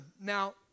Now